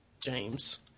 James